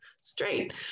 straight